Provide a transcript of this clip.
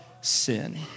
sin